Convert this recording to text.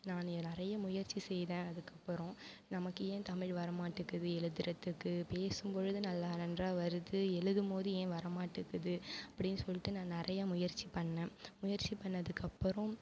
நான் நிறைய முயற்சி செய்தேன் அதுக்கு அப்புறம் நமக்கு ஏன் தமிழ் வர மாட்டேக்குது எழுதுகிறத்துக்கு பேசும் பொழுது நல்லா நன்றாக வருது எழுதும் போது ஏன் வர மாட்டேக்குது அப்படின் சொல்லிட்டு நான் நிறையா முயற்சி பண்ணேன் முயற்சி பண்ணதுக்கு அப்புறம்